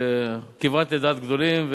שכיוונת לדעת גדולים,